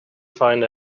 find